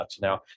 now